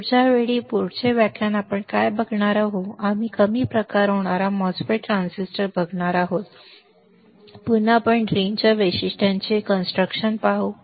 पुढच्या वेळी पुढचे व्याख्यान आपण काय बघणार आहोत आम्ही कमी होणारा प्रकार n mos ट्रान्झिस्टर बघणार आहोत आणि पुन्हा आपण ड्रेन च्या वैशिष्ट्यांचे बांधकाम पाहू